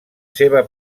seva